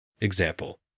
Example